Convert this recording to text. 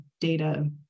data